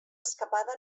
escapada